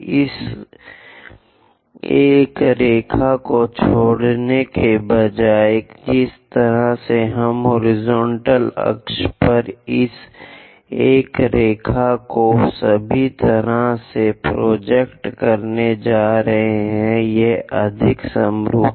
इस एक रेखा को छोड़ने के बजाय जिस तरह से हम हॉरिजॉन्टल अक्ष पर इस एक रेखा को सभी तरह से प्रोजेक्ट करने जा रहे हैं यह अधिक समरूपता है